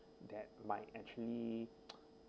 that might actually